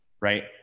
right